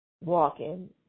walking